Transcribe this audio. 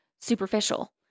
superficial